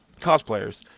cosplayers